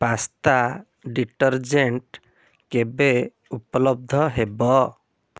pasta detergent କେବେ ଉପଲବ୍ଧ ହେବ